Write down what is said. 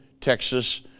Texas